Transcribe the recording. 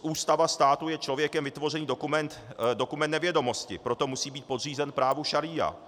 Ústava státu je člověkem vytvořený dokument nevědomosti, proto musí být podřízen právu šaría.